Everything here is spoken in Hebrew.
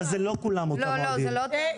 זה לא כולם אותם אוהדים.